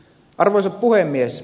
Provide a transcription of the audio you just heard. arvoisa puhemies